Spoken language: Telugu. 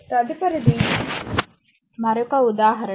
తదుపరి మరొక ఉదాహరణ